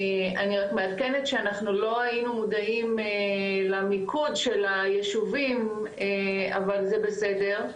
אני רק מעדכנת שאנחנו לא היינו מודעים למיקוד של היישובים אבל זה בסדר,